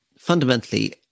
fundamentally